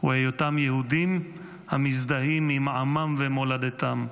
הוא היותם יהודים המזדהים עם עמם ומולדתם".